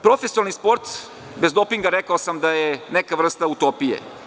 Profesionalni sport, bez dopinga, rekao sam da je neka vrsta utopije.